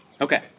Okay